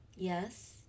Yes